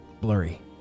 blurry